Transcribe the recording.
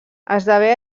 esdevé